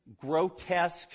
grotesque